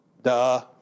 duh